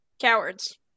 cowards